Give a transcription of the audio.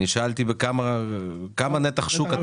כמה נתח שוק אתם?